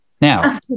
Now